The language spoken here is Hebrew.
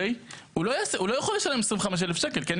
הוא לא יכול לשלם 25 אלף שקל, כן?